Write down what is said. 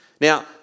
now